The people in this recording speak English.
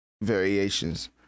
Variations